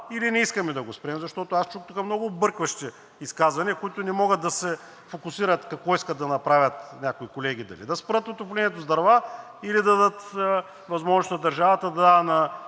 или не искаме да го спрем, защото тук чух много объркващи изказвания, които не могат да се фокусират какво искат да направят някои колеги – дали да спрат отоплението с дърва, или да дадат възможност на държавата да дава на